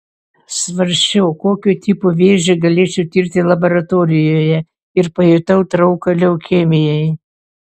svarsčiau kokio tipo vėžį galėčiau tirti laboratorijoje ir pajutau trauką leukemijai